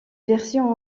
versions